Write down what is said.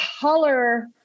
color